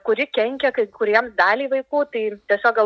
kuri kenkia kai kuriem daliai vaikų tai tiesiog gal